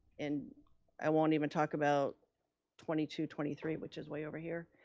and i won't even talk about twenty two twenty three, which is way over here.